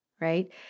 right